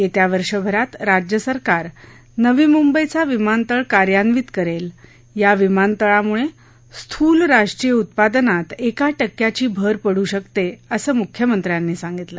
येत्या वर्षभरात राज्यसरकार नवी मुंबईचा विमानतळ कार्यान्वित करेल या विमानतळामुळे स्थूल राष्ट्रीय उत्पादनात एक टक्क्याची भर पडू शकते असं मुख्यमंत्र्यांनी सांगितलं